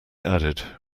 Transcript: added